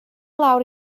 lawr